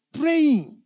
praying